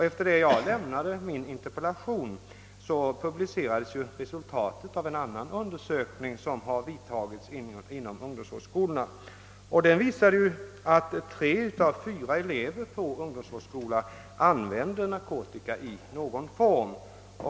Efter det jag lämnade min interpellation publicerades resultatet av en annan undersökning som har företagits inom ungdomsvårdsskolorna. Den visade att tre av fyra elever vid ungdomsvårdsskolorna använde narkotika i någon form.